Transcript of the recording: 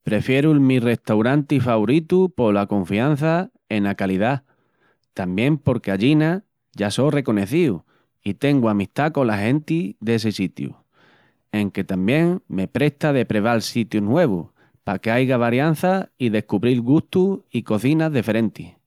Prefieru'l mi restauranti favoritu pola confianza ena calidá, tamién porque allina ya so reconecíu i tengu amistá cola genti dessi sitiu, enque tamién me presta de preval sitius nuevus pa qu'aiga variança i descubril gustus i cozinas deferentis.